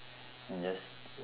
you just